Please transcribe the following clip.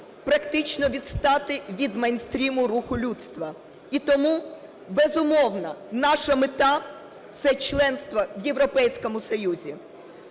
практично відстати від мейнстриму руху людства. І тому, безумовно, наша мета – це членство в Європейському Союзі.